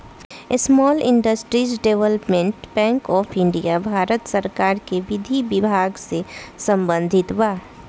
small industries development bank of India Bharat सरकार के विधि विभाग से संबंधित बा